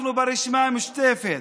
אנחנו, ברשימה המשותפת,